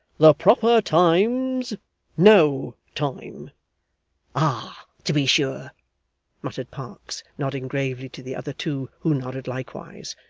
the proper time's no time ah to be sure muttered parkes, nodding gravely to the other two who nodded likewise,